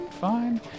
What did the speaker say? fine